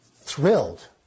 thrilled